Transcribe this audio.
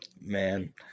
Man